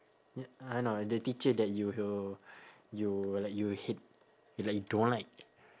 y~ uh no the teacher that you you you like you hate like you don't like